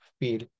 feel